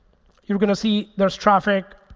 you're going to see there's traffic